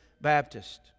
Baptist